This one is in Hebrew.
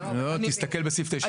זה סעיף 9,